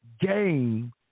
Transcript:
game